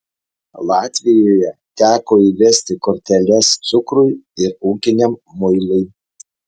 latvijoje teko įvesti korteles cukrui ir ūkiniam muilui